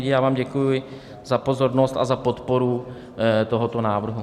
Já vám děkuji za pozornost a za podporu tohoto návrhu.